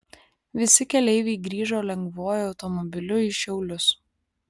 visi keleiviai grįžo lengvuoju automobiliu į šiaulius